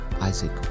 Isaac